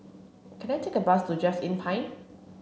can I take a bus to Just Inn Pine